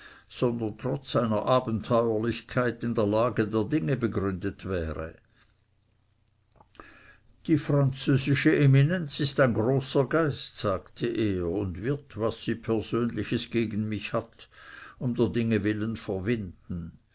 sondern trotz seiner abenteuerlichkeit in der lage der dinge begründet wäre die französische eminenz ist ein großer geist sagte er und wird was sie persönliches gegen mich hat um der dinge willen verwinden